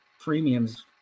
premiums